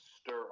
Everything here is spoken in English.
stir